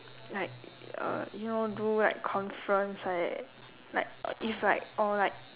like uh you know do what conference like like if like or like